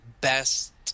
best